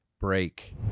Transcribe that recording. break